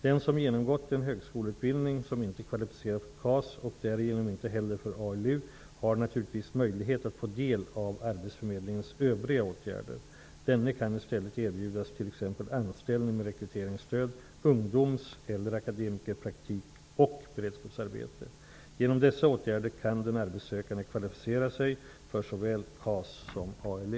Den som genomgått en högskoleutbildning som inte kvalificerar för KAS, och därigenom inte heller för ALU, har naturligtvis möjlighet att få del av arbetsförmedlingens övriga åtgärder. Denne kan i stället erbjudas t.ex. anställning med rekryteringsstöd, ungdoms eller akademikerpraktik och beredskapsarbete. Genom dessa åtgärder kan den arbetssökande kvalificera sig för såväl KAS som ALU.